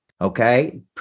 Okay